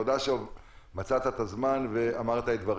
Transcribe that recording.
תודה שמצאת את הזמן ואמרת את דבריך.